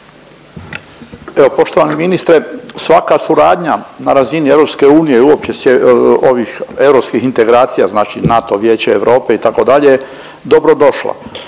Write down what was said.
Evo poštovani ministre svaka suradnja na razini EU i uopće ovih europskih integracija znači NATO, Vijeće Europe itd. je dobro došla.